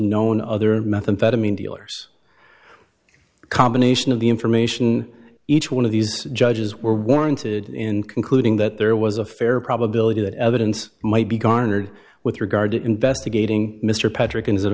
known other and methamphetamine dealers combination of the information each one of these judges were warranted in concluding that there was a fair probability that evidence might be garnered with regard to investigating mr patrick and